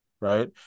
Right